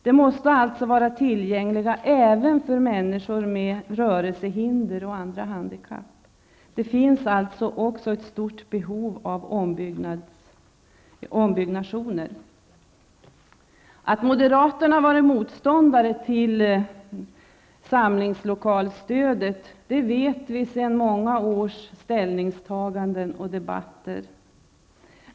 De måste alltså vara tillgängliga även för människor med rörelsehinder och andra handikapp. Det finns alltså också ett stort behov av ombyggnationer. Att moderaterna varit motståndare till samlingslokalstödet vet vi från många års ställningstaganden och debatter.